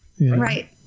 Right